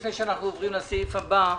לפני שאנחנו עוברים לסעיף הבא,